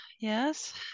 yes